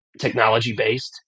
technology-based